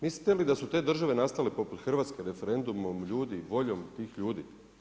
Mislite li da su te države nastale poput Hrvatske referendumom ljudi, voljom tih ljudi?